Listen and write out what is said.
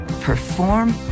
perform